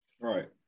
Right